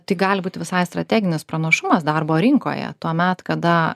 tai gali būt visai strateginis pranašumas darbo rinkoje tuomet kada